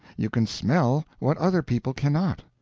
you can smell what other people cannot,